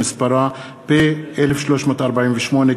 שמספרה פ/19/1348.